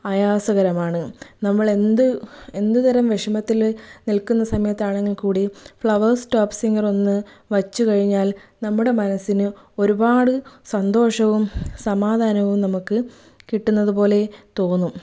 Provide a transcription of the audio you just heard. ആയാസകരമാണ് നമ്മളെന്ത് എന്ത് തരം വിഷമത്തിൽ നിൽക്കുന്ന സമയത്താണെങ്കിൽ കൂടിയും ഫ്ലവേർസ് ടോപ് സിംഗർ ഒന്ന് വെച്ച് കഴിഞ്ഞാൽ നമ്മുടെ മനസ്സിന് ഒരുപാട് സന്തോഷവും സമാധാനവും നമുക്ക് കിട്ടുന്നത് പോലെ തോന്നും